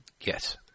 yes